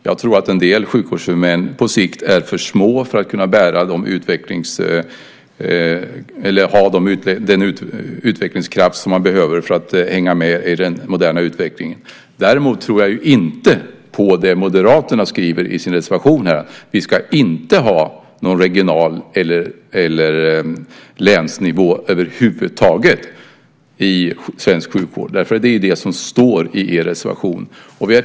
Jag tror att en del sjukvårdshuvudmän på sikt är för små för att ha den utvecklingskraft som man behöver för att hänga med i den moderna utvecklingen. Däremot tror jag inte på det Moderaterna skriver i sin reservation, nämligen att vi inte ska ha någon regional nivå eller länsnivå över huvud taget i svensk sjukvård. Det är ju det som står i er reservation.